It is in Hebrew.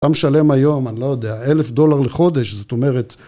עם שלם היום, אני לא יודע, אלף דולר לחודש, זאת אומרת...